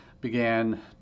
began